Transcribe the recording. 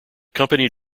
company